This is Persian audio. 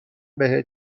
بهت